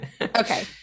okay